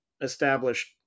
established